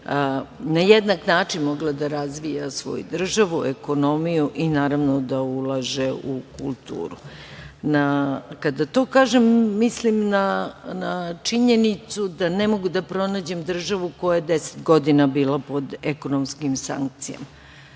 na jednak način mogla da razvija svoju državu, ekonomiju, i naravno, da ulaže u kulturu. Kada to kažem mislim na činjenicu da ne mogu da pronađem državu koja je 10 godina bila pod ekonomskim sankcijama.